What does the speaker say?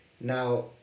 Now